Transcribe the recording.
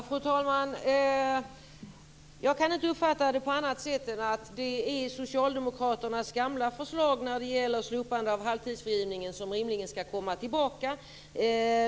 Fru talman! Jag kan inte uppfatta det på annat sätt än att det är socialdemokraternas gamla förslag när det gäller slopande av halvtidsfrigivningen som rimligen skall komma tillbaka.